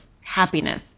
happiness